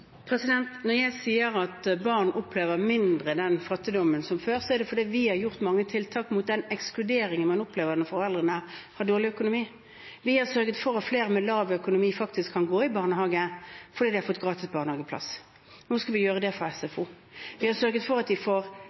Når jeg sier at barn opplever den fattigdommen mindre enn før, er det fordi vi har gjort mange tiltak mot den ekskluderingen man opplever når foreldrene har dårlig økonomi. Vi har sørget for at flere med dårlig økonomi faktisk kan gå i barnehage, fordi de har fått gratis barnehageplass. Nå skal vi gjøre det for SFO. Vi har sørget for at de får